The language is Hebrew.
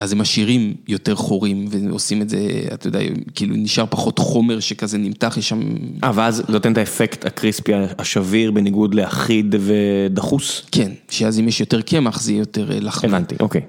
אז הם משאירים יותר חורים, ועושים את זה, אתה יודע, כאילו נשאר פחות חומר שכזה נמתח שם. אה, ואז זה נותן את האפקט הקריספי השביר בניגוד לאחיד ודחוס? כן, שאז אם יש יותר קמח זה יהיה יותר לח. הבנתי, אוקיי.